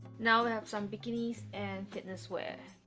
now i have some bikinis and fitness wear